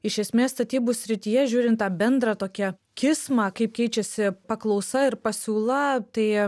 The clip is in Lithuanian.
iš esmės statybų srityje žiūrint tą bendrą tokią kismą kaip keičiasi paklausa ir pasiūla tai